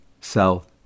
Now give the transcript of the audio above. south